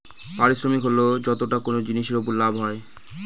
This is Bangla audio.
পারিশ্রমিক হল যতটা কোনো জিনিসের উপর লাভ হয়